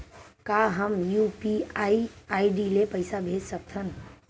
का हम UPI ID ले पईसा भेज सकथन?